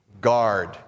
guard